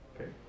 Okay